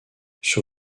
sur